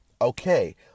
Okay